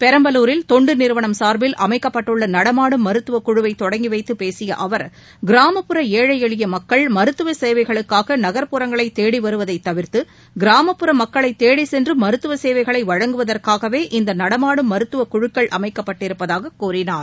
பெரம்பலூரில் தொண்டுநிறுவனம் சாா்பில் அமைக்கப்பட்டுள்ளநடமாடும் மருத்துவகுழுவைதொடங்கிவைத்துபேசியஅவர் ஏழைஎளியமக்கள் கிராமப்புற மருத்துவசேவைகளுக்காகநகர்ப்புறங்களைதேடிவருவதைதவிர்த்து கிராமப்புற மக்களைதேடிசென்றுமருத்தவசேவைகளைவழங்குவதற்காகவே இந்தநடமாடும் மருத்துவகுழுக்கள் அமைக்கப்பட்டுருப்பதாககூறினார்